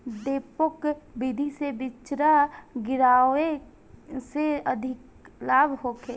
डेपोक विधि से बिचरा गिरावे से अधिक लाभ होखे?